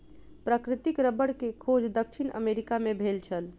प्राकृतिक रबड़ के खोज दक्षिण अमेरिका मे भेल छल